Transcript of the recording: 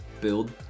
build